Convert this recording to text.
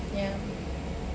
ya